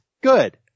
Good